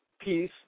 peace